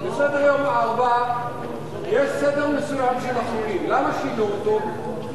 ובסדר-יום 4 יש סדר מסוים של, למה שינו אותו?